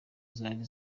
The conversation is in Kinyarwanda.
zari